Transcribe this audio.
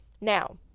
now